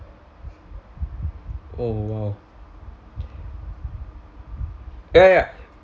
oh !wow! ya ya